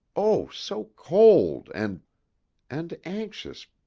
oh! so cold and and anxious